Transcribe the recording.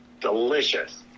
delicious